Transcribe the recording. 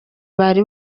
bari